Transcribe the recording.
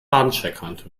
bahnsteigkante